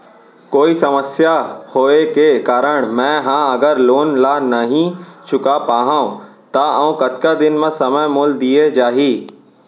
कोई समस्या होये के कारण मैं हा अगर लोन ला नही चुका पाहव त अऊ कतका दिन में समय मोल दीये जाही?